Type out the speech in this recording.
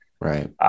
right